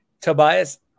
Tobias